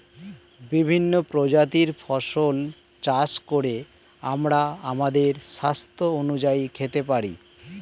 বিভিন্ন প্রজাতির ফসল চাষ করে আমরা আমাদের স্বাস্থ্য অনুযায়ী খেতে পারি